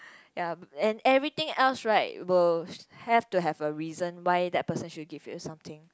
ya and everything else right will have to have a reason why that person should give you something